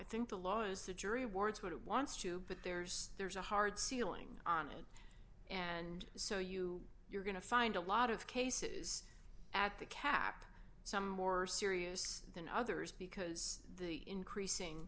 think the law is the jury awards what it wants to but there's there's a hard ceiling on it and so you you're going to find a lot of cases at the cap some more serious than others because the increasing